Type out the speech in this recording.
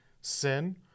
sin